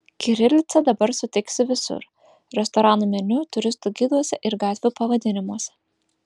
kirilicą dabar sutiksi visur restoranų meniu turistų giduose ir gatvių pavadinimuose